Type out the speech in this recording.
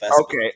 okay